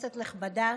כנסת נכבדה,